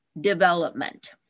development